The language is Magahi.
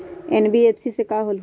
एन.बी.एफ.सी का होलहु?